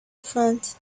front